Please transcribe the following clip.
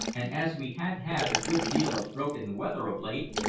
and as we had had a good deal of broken weather of late,